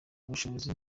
ubushobozi